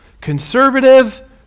Conservative